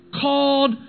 called